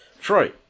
Troy